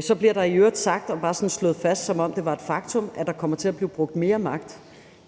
Så bliver der i øvrigt sagt og sådan bare slået fast, som om det var et faktum, at der kommer til at blive brugt mere magt.